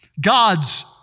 God's